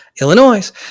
Illinois